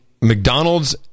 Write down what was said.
McDonald's